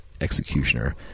executioner